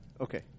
Okay